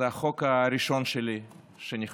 זה החוק הראשון שלי שנכנס